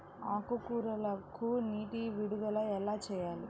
ఆకుకూరలకు నీటి విడుదల ఎలా చేయాలి?